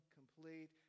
complete